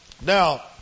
Now